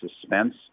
suspense